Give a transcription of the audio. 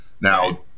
Now